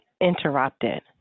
interrupted